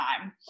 time